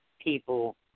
people